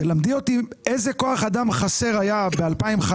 תלמדי אותי איזה כוח אדם חסר היה ב-2015